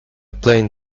plain